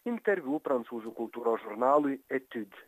interviu prancūzų kultūros žurnalui etudes